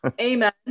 Amen